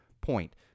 point